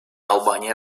албания